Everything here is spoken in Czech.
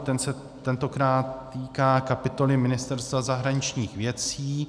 Ten se tentokrát týká kapitoly Ministerstva zahraničních věcí.